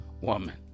woman